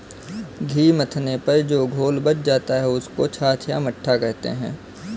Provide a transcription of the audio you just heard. घी मथने पर जो घोल बच जाता है, उसको छाछ या मट्ठा कहते हैं